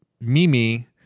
Mimi